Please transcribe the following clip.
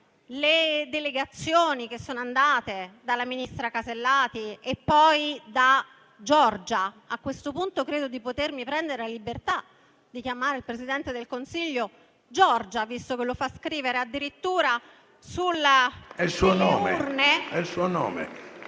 alle delegazioni che sono andate dalla ministra Alberti Casellati e poi da Giorgia. A questo punto, credo di potermi prendere la libertà di chiamare il Presidente del Consiglio Giorgia, visto che lo fa scrivere addirittura sulle urne. PRESIDENTE. È il suo nome.